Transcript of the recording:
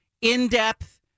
in-depth